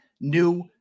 new